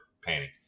painting